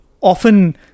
often